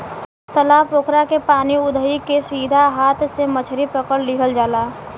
तालाब पोखरा के पानी उदही के सीधा हाथ से मछरी पकड़ लिहल जाला